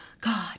God